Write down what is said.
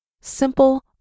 Simple